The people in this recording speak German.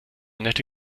nette